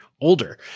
older